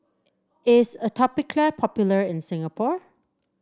is Atopiclair popular in Singapore